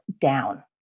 down